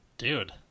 Dude